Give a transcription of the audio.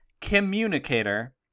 communicator